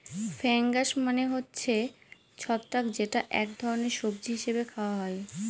fungus মানে হচ্ছে ছত্রাক যেটা এক ধরনের সবজি হিসেবে খাওয়া হয়